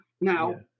Now